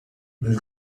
this